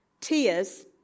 Tears